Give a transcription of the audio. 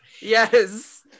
Yes